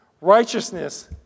Righteousness